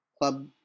club